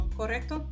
correcto